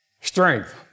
strength